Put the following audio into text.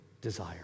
desire